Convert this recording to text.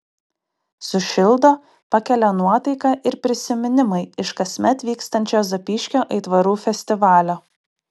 sušildo pakelia nuotaiką ir prisiminimai iš kasmet vykstančio zapyškio aitvarų festivalio